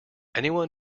anyone